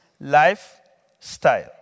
lifestyle